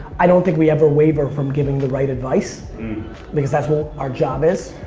i don't think we ever waiver from giving the right advice because that's what our job is.